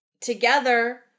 together